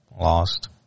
lost